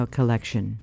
Collection